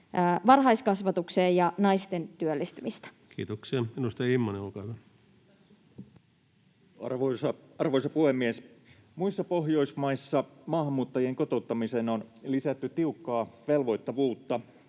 varhaiskasvatukseen ja naisten työllistymistä. Kiitoksia. — Edustaja Immonen, olkaa hyvä. Arvoisa puhemies! Muissa Pohjoismaissa maahanmuuttajien kotouttamiseen on lisätty tiukkaa velvoittavuutta.